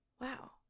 Wow